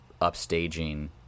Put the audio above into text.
upstaging